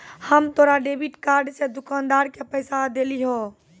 हम तोरा debit card से दुकानदार के पैसा देलिहों